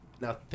Now